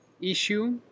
issue